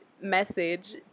message